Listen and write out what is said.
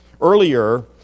Earlier